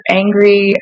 angry